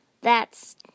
That's